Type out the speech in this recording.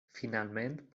finalment